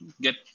get